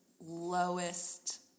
lowest